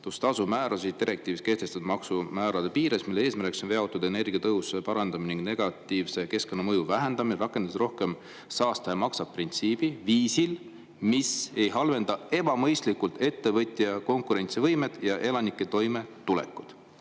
määrasid direktiivis kehtestatud maksimummäärade piires, mille eesmärgiks on veoautode energiatõhususe parandamine ning negatiivse keskkonnamõju vähendamine, rakendades rohkem "saastaja maksab" printsiipi viisil, mis ei halvenda ebamõistlikult ettevõtja konkurentsivõimet ja elanike toimetulekut."